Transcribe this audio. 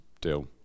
deal